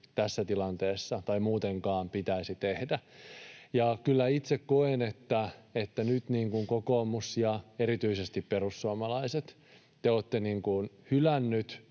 tässä tilanteessa tai muutenkaan. Ja kyllä itse koen, että nyt te, kokoomus ja erityisesti perussuomalaiset, olette hylänneet